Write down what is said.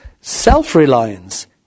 self-reliance